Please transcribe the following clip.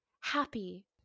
happy